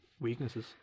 weaknesses